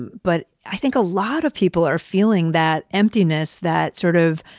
but i think a lot of people are feeling that emptiness, that sort of,